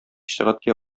сәгатькә